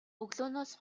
өглөөнөөс